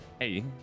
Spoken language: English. hey